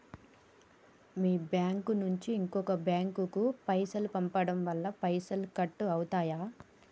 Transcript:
మీ bank నుంచి ఇంకో bank కు పైసలు పంపడం వల్ల పైసలు కట్ అవుతయా?